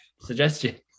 suggestion